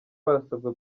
barasabwa